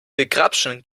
begrapschen